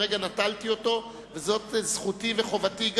וכרגע נטלתי אותה וזאת זכותי וגם חובתי,